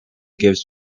gives